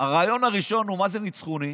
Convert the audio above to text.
הרעיון הראשון הוא: מה זה "ניצחוני"?